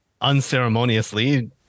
unceremoniously